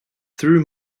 through